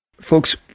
Folks